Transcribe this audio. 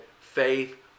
faith